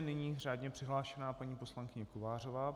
Nyní řádně přihlášená paní poslankyně Kovářová.